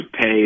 pay